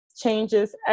changes